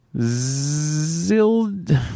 Zild